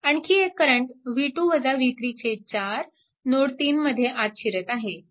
आणखी एक current 4 node 3 मध्ये आत शिरत आहे